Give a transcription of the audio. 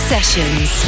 Sessions